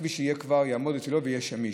הכביש יעמוד על תילו ויהיה שמיש.